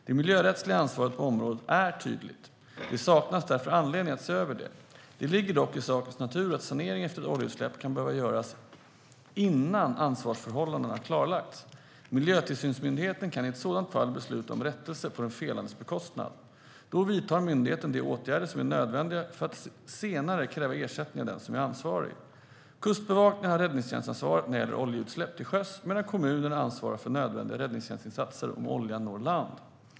Det miljörättsliga ansvaret på området är tydligt. Det saknas därför anledning att se över det. Det ligger dock i sakens natur att sanering efter ett oljeutsläpp kan behöva göras innan ansvarsförhållandena har klarlagts. Miljötillsynsmyndigheten kan i ett sådant fall besluta om rättelse på den felandes bekostnad. Då vidtar myndigheten de åtgärder som är nödvändiga för att senare kräva ersättning av den som är ansvarig. Kustbevakningen har räddningstjänstansvaret när det gäller oljeutsläpp till sjöss, medan kommunerna ansvarar för nödvändiga räddningstjänstinsatser om oljan når land.